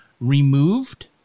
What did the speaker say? removed